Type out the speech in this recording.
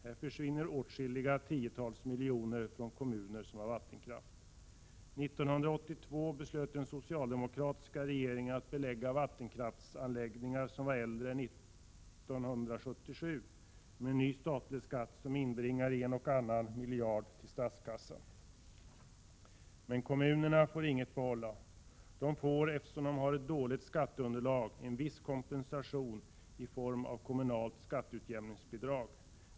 Här försvinner åtskilliga tiotal milj.kr. från kommuner som har vattenkraft. År 1982 beslöt den socialdemokratiska regeringen att belägga vattenkraftsanläggningar som var av äldre datum än 1977 med en ny statlig skatt, som inbringar en och annan miljard till statskassan. Men kommunerna får inget behålla. De får, eftersom de har ett dåligt skatteunderlag, en viss kompensation i form av kommunalt skatteutjämningsbidrag.